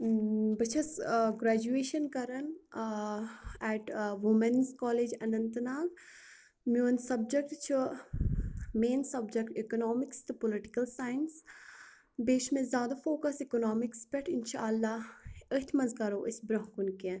بہٕ چھَس ٲں گرٛیجویشَن کران ٲں ایٹ ٲں وُمیٚنٕز کالج اَننت ناگ میٛون سَبجیٚکٹہ چھُ مین سَبجیٚکٹہٕ اِکنامکٕس تہٕ پولِٹِکَل ساینَس بیٚیہِ چھُ مےٚ زیادٕ فوکس اکنامکٕس پٮ۪ٹھ انشاء اللہ أتھۍ مَنٛز کرو أسۍ برٛونٛہہ کُن کیٚنٛہہ